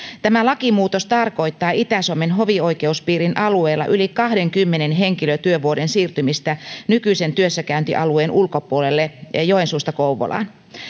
tämä lakimuutos tarkoittaa itä suomen hovioikeuspiirin alueella yli kahdenkymmenen henkilötyövuoden siirtymistä nykyisen työssäkäyntialueen ulkopuolelle ja joensuusta kouvolaan